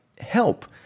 help